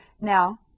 Now